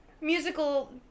musical